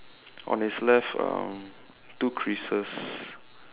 on it's left um two creases